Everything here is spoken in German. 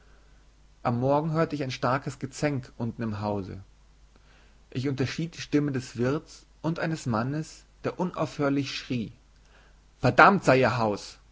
am morgen hörte ich ein starkes gezänk unten im hause ich unterschied die stimme des wirts und eines mannes der unaufhörlich schrie verdammt sei ihr haus